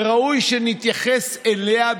ולכן אנחנו עוברים להצבעה.